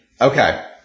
Okay